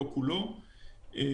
לא כולו,